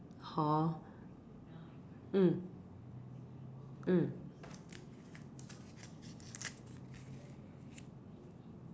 hor mm mm